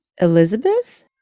Elizabeth